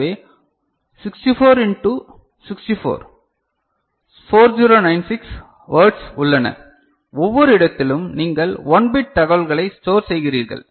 எனவே 64 into 64 4096 words உள்ளன ஒவ்வொரு இடத்திலும் நீங்கள் 1 பிட் தகவல்களை ஸ்டோர் செய்கிறீர்கள்